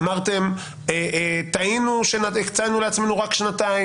אמרתם: "טעינו כשהקצינו לעצמנו רק שנתיים;